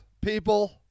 people